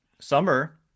summer